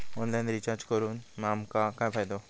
Online recharge करून आमका काय फायदो?